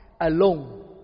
Alone